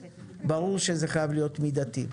ברור שזה חייב להיות מידתי,